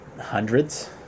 Hundreds